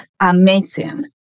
amazing